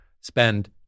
Spend